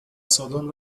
سالن